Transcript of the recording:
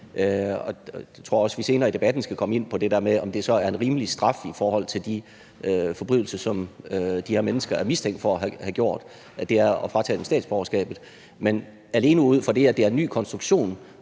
Jeg tror også, at vi senere i debatten skal komme ind på det der med, om det så er en rimelig straf i forhold til de forbrydelser, som de her mennesker er mistænkt for at have begået, at fratage dem statsborgerskabet. Men alene ud fra det, at det er en ny konstruktion,